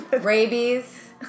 Rabies